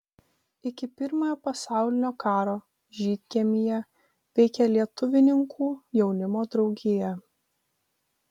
iki pirmojo pasaulinio karo žydkiemyje veikė lietuvininkų jaunimo draugija